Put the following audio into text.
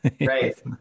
Right